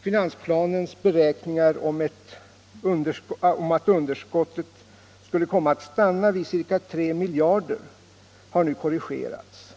Finansplanens beräkningar att underskottet skulle komma att stanna vid ca 3 miljarder har nu korrigerats.